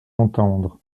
entendre